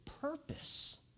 purpose